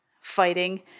fighting